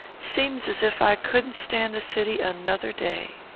seems as if i couldn't stand the city another day.